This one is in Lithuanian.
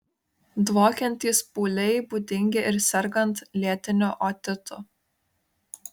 dvokiantys pūliai būdingi ir sergant lėtiniu otitu